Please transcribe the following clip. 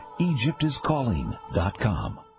EgyptIsCalling.com